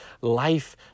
life